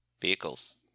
vehicles